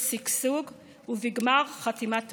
ושגשוג ובגמר חתימה טובה.